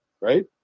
right